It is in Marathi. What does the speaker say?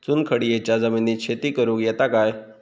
चुनखडीयेच्या जमिनीत शेती करुक येता काय?